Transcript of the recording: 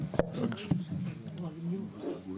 אבל המון שנות פעילות עברו